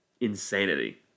insanity